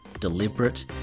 deliberate